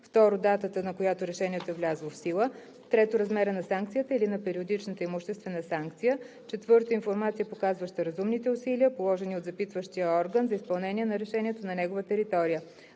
2. датата, на която решението е влязло в сила; 3. размера на санкцията или на периодичната имуществена санкция; 4. информация, показваща разумните усилия, положени от запитващия орган за изпълнение на решението на негова територия.